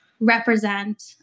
represent